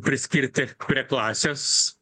priskirti prie klasės